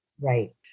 Right